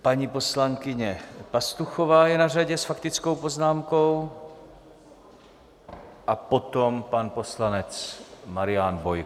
Paní poslankyně Pastuchová je na řadě s faktickou poznámkou a potom pan poslanec Marian Bojko.